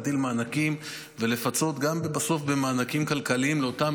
להגדיל מענקים ולפצות גם במענקים כלכליים את אותם